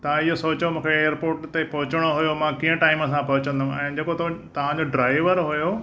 तव्हां इयो सोचो मूंखे एयरपोर्ट ते पहुचणो होयो मां कीअं टाइम सां पहुचंदमि हाणे जेको तो तव्हां जो ड्राइवर होयो